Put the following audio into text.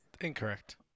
Incorrect